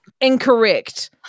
Incorrect